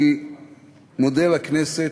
אני מודה לכנסת.